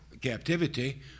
captivity